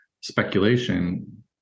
speculation